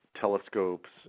telescopes